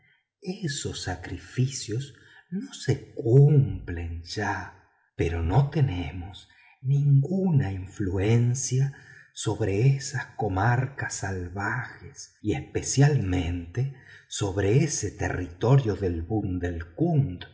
esos sacrificios no se cumplen ya pero no tenemos ninguna influencia sobre esas comarcas salvajes y especialmente sobre ese territorio del